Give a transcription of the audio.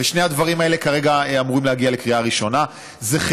ושני הדברים האלה כרגע אמורים להגיע לקריאה ראשונה כרגע,